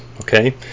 okay